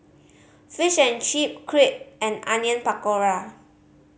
Fish and Chips Crepe and Onion Pakora